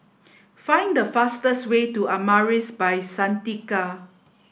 find the fastest way to Amaris by Santika